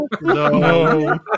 No